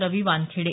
Ravi Wankhede